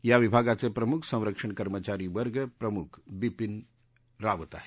या विभागाचे प्रमुख संरक्षण कर्मचारी वर्ग प्रमुख बिपीन रावत आहेत